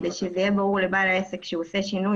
כדי שיהיה ברור לבעל העסק שהוא עושה שינוי